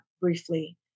briefly